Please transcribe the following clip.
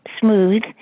smooth